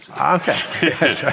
Okay